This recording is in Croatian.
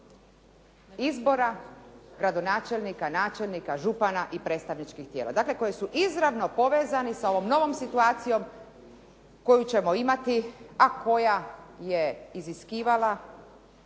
izbora gradonačelnika, načelnika župana i predstavničkih tijela, dakle koji su izravno povezani sa ovom novom situacijom koju ćemo imati, a koja iziskuje